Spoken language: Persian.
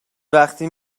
وقتی